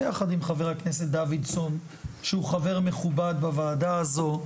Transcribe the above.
ביחד עם חבר הכנסת דוידסון שהוא חבר מכובד בוועדה הזו,